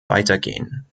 weitergehen